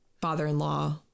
father-in-law